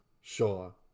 Sure